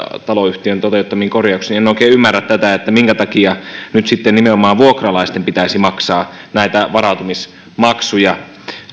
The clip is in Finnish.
toteuttamiin korjauksiin en oikein ymmärrä minkä takia nyt sitten nimenomaan vuokralaisten pitäisi maksaa näitä varautumismaksuja